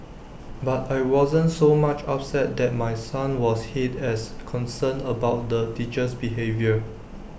but I wasn't so much upset that my son was hit as concerned about the teacher's behaviour